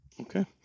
Okay